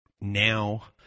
now